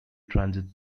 transit